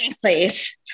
place